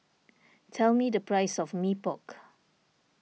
tell me the price of Mee Pok